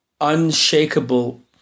unshakable